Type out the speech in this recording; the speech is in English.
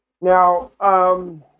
Now